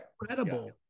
incredible